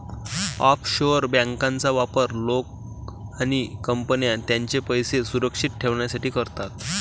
offshore बँकांचा वापर लोक आणि कंपन्या त्यांचे पैसे सुरक्षित ठेवण्यासाठी करतात